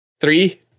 three